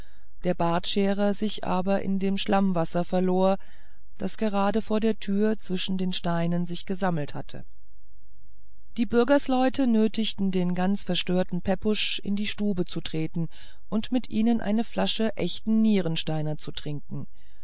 der bartscherer sich aber in dem schlammwasser verlor das gerade vor der türe zwischen den steinen sich gesammelt hatte die bürgersleute nötigten den ganz verstörten pepusch in die stube zu treten und mit ihnen eine flasche echten nierensteiner zu trinken